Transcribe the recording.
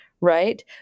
right